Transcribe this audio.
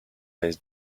less